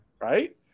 right